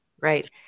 Right